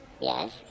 Yes